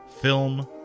film